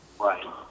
Right